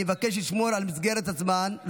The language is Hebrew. אני אבקש לשמור על מסגרת הזמן,